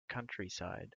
countryside